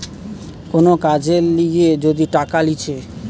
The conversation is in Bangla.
কোন কাজের লিগে যদি টাকা লিছে